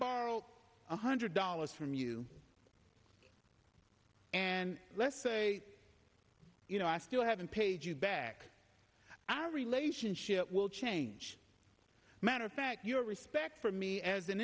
borrow one hundred dollars from you and let's say you know i still haven't paid you back our relationship will change a matter of fact your respect for me as an